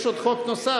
יש חוק נוסף.